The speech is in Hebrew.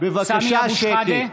סמי אבו שחאדה,